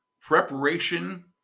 preparation